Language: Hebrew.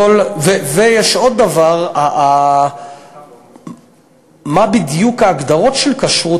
ויש עוד דבר: מה בדיוק ההגדרות של כשרות,